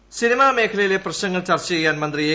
ബാലൻ സിനിമാ മേഖലയിലെ പ്രശ്നങ്ങൾ ചർച്ച ചെയ്യാൻ മന്ത്രി ഏ